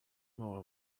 more